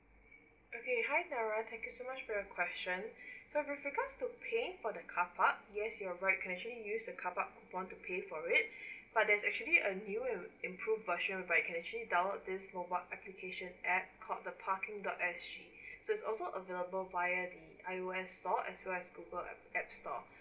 okay hi sarah thank you so much for your question so with regards to paying for the car park yes you are right you can actually use the car park upon to pay for it but there is actually a new and improve version but you can actually download this mobile application app called the parking dot S_G so is also available via the I_O_S store as well as google app apps store